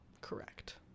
Correct